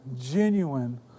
genuine